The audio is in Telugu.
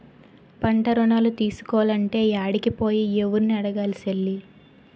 పంటరుణాలు తీసుకోలంటే యాడికి పోయి, యెవుర్ని అడగాలి సెల్లీ?